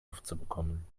aufzubekommen